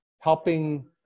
Helping